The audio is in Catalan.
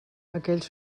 aquells